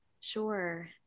Sure